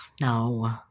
No